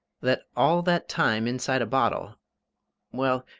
that all that time inside a bottle well,